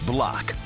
Block